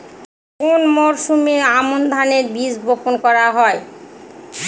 কোন মরশুমে আমন ধানের বীজ বপন করা হয়?